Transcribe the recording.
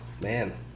man